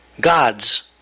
God's